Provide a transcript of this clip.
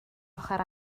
ochr